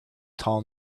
tall